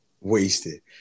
wasted